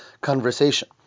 conversation